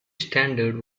standard